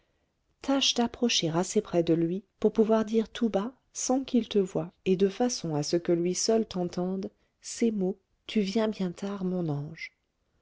tâche d'approcher assez près de lui pour pouvoir dire tout bas sans qu'il te voie et de façon à ce que lui seul t'entende ces mots tu viens bien tard mon ange